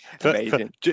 Amazing